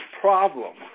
problem